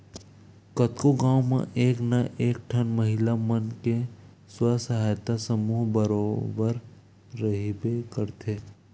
कतको गाँव म एक ना एक ठन महिला मन के स्व सहायता समूह बरोबर रहिबे करथे